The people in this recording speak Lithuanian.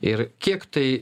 ir kiek tai